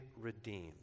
redeemed